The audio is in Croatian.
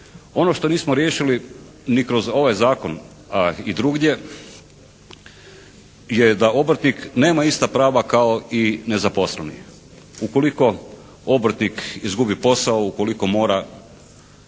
Ono što nismo riješili ni kroz ovaj zakon, a i drugdje, je da obrtnik nema ista prava kao i nezaposleni. Ukoliko obrtnik izgubi posao, ukoliko mora